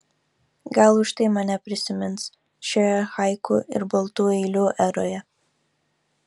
gal už tai mane prisimins šioje haiku ir baltų eilių eroje